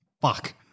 Fuck